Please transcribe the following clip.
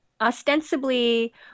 ostensibly